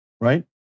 Right